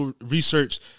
research